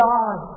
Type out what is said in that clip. God